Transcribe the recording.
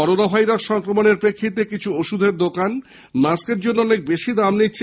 corona virus সংক্রমণের প্রেক্ষিতে কিছু ওষুধের দোকান মাস্কের জন্য অনেক বেশি দাম নিচ্ছে